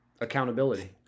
Accountability